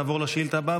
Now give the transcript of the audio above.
נעבור לשאילתה הבאה,